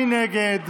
מי נגד?